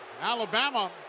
Alabama